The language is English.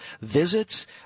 visits